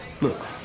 Look